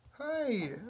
Hi